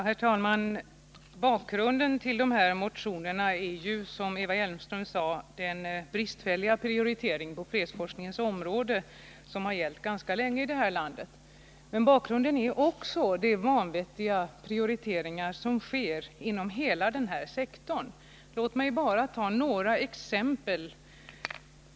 Herr talman! Bakgrunden till motionerna är, som Eva Hjelmström sade, den bristfälliga prioritering på fredsforskningens område som gällt ganska länge i det här landet. Men bakgrunden är också de vanvettiga prioriteringar som sker inom hela den här sektorn. Låt mig bara ta några exempel.